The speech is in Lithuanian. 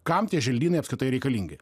kam tie želdynai apskritai reikalingi